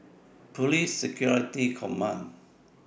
Police Security Command